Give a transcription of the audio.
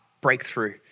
breakthrough